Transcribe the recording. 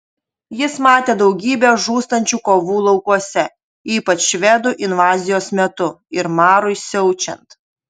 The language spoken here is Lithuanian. jis matė daugybę žūstančių kovų laukuose ypač švedų invazijos metu ir marui siaučiant